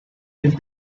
will